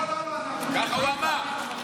לא, ככה הוא אמר.